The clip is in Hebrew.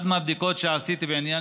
מאחת הבדיקות שעשיתי בעניין,